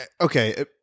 okay